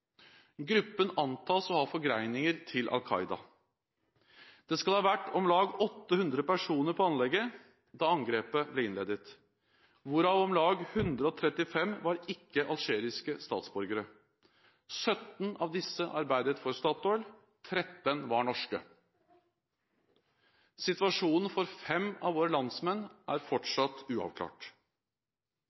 Gruppen antas å ha forgreininger til Al Qaida. Det skal ha vært om lag 800 personer på anlegget da angrepet ble innledet, hvorav om lag 135 var ikke-algeriske statsborgere. 17 av disse arbeidet for Statoil. 13 var norske. Situasjonen for 5 av våre landsmenn er fortsatt uavklart.